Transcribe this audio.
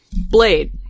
Blade